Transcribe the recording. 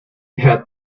had